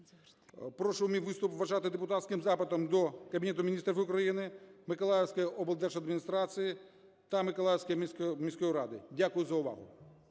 Прошу мій виступ вважати депутатським запитом до Кабінету Міністрів України, Миколаївської облдержадміністрації та Миколаївської міської ради. Дякую за увагу.